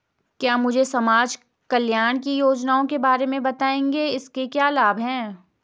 क्या मुझे समाज कल्याण की योजनाओं के बारे में बताएँगे इसके क्या लाभ हैं?